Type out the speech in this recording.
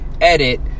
edit